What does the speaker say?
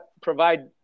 provide